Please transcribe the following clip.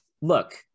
Look